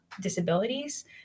disabilities